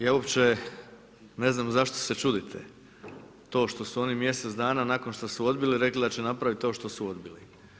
Ja uopće ne znam zašto se čudite, to što su oni mjesec dana nakon što su odbili rekli da će napraviti to što su odbili.